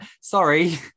sorry